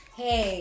hey